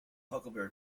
huckleberry